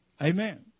Amen